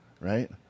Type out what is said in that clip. right